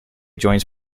joins